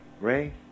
Ray